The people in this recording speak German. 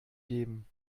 geben